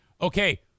Okay